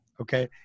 Okay